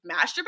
masturbate